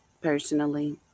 personally